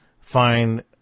find